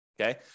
okay